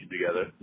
together